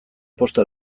posta